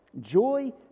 joy